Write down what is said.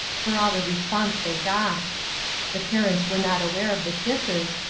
for all the response they got the parents were not aware of the kisses,